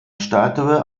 statue